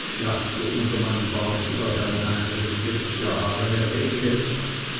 ich lachte unter meinem bart über herrn heinrichs letzte erhabene rede